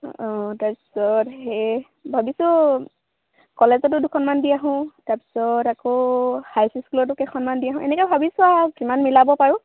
অঁ তাৰ পিছত সেই ভাবিছোঁ কলেজতো দুখনমান দি আহোঁ তাৰ পিছত আকৌ হাই স্কুলতো কেইখনমান দি আহোঁ এনেকৈ ভাবিছোঁ আৰু কিমান মিলাব পাৰোঁ